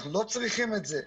אנחנו לא צריכים את זה.